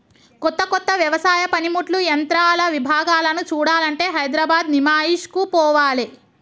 కొత్త కొత్త వ్యవసాయ పనిముట్లు యంత్రాల విభాగాలను చూడాలంటే హైదరాబాద్ నిమాయిష్ కు పోవాలే